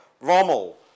Rommel